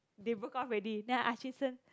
they broke off already then I ask jun sheng